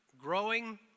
growing